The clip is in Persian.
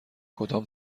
کدام